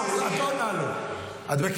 --- להשתמש בכאב של משפחות החטופים --- טלי,